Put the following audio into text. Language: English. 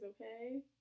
okay